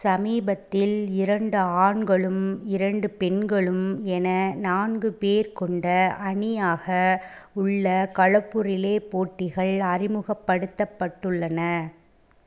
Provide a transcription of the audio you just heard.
சமீபத்தில் இரண்டு ஆண்களும் இரண்டு பெண்களும் என நான்கு பேர் கொண்ட அணியாக உள்ள கலப்பு ரிலே போட்டிகள் அறிமுகப்படுத்தப்பட்டுள்ளன